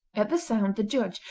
at the sound the judge,